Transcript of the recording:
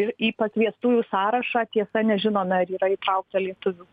ir į pakviestųjų sąrašą tiesa nežinome ar yra įtraukta lietuvių